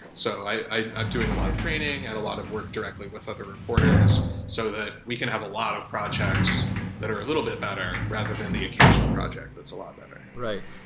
so doing a lot of training and a lot of work directly with other reporters so that we can have a lot of projects that are a little bit better rather than the occasional projects that's a lot better. right.